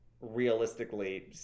realistically